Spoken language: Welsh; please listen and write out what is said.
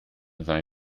ddau